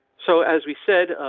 so as we said,